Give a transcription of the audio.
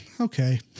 okay